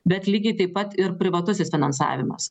bet lygiai taip pat ir privatusis finansavimas